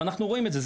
ואנחנו רואים את זה,